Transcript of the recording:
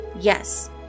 Yes